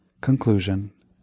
Conclusion